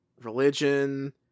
religion